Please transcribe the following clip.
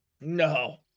No